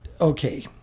Okay